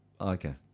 Okay